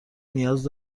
نیاز